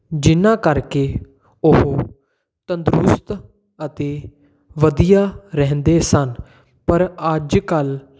ਜਿਨ੍ਹਾਂ ਕਰਕੇ ਉਹ ਤੰਦਰੁਸਤ ਅਤੇ ਵਧੀਆ ਰਹਿੰਦੇ ਸਨ ਪਰ ਅੱਜ ਕੱਲ੍ਹ